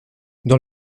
dans